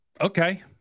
Okay